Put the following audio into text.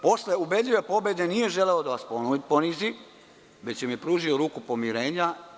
Posle ubedljive pobede nije želeo da vas ponizi, već vam je pružio ruku pomirenja.